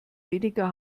weniger